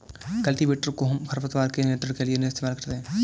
cultivator कोहम खरपतवार के नियंत्रण के लिए इस्तेमाल करते हैं